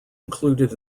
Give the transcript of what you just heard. included